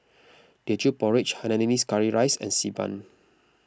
Teochew Porridge Hainanese Curry Rice and Xi Ban